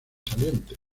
salientes